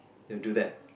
they'll do that